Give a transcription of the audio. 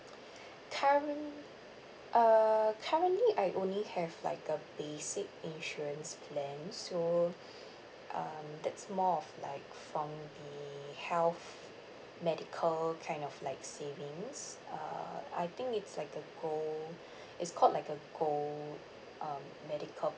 current uh currently I only have like a basic insurance plan so um that's more of like from the health medical kind of like savings uh I think it's like a gold it's called like a gold um medical